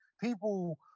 People